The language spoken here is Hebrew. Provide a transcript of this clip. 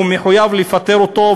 הוא מחויב לפטר אותו.